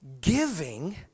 giving